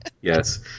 Yes